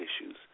issues